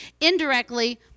indirectly